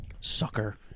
Sucker